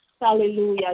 Hallelujah